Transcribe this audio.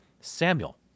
Samuel